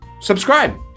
subscribe